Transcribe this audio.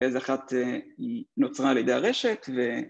ואיזה אחת היא נוצרה על ידי הרשת ו..